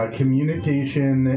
communication